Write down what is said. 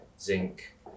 zinc